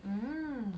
mm